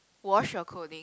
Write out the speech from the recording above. wash your clothing